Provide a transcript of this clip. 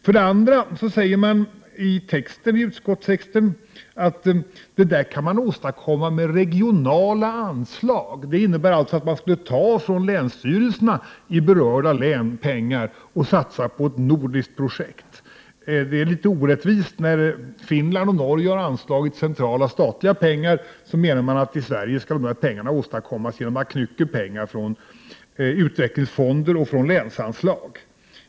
För det andra sägs det i utskottstexten att detta kan åstadkommas med regionala anslag. Det innebär alltså att pengar skulle tas från länsstyrelserna i berörda län för att satsas i ett nordiskt projekt. Det är litet orättvist. I Finland och Norge har centrala statliga pengar anslagits, men i Sverige skall pengar knyckas från utvecklingsfonder och länsanslag.